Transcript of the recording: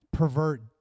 pervert